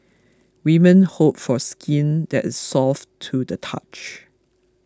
women hope for skin that is soft to the touch